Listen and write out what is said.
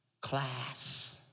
class